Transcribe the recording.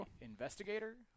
investigator